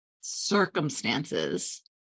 circumstances